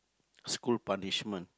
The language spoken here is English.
school punishment